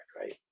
right